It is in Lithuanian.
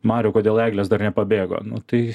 mariau kodėl eglės dar nepabėgo nu tai